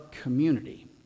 community